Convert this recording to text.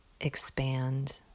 expand